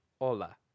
Hola